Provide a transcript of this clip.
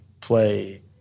play